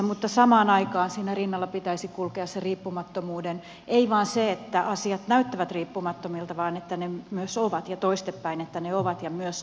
mutta samaan aikaan pitäisi sen riippumattomuuden kulkea siinä rinnalla ei vain niin että asiat näyttävät riippumattomilta vaan että ne myös ovat sitä ja toistepäin että ne ovat ja myös näyttävät siltä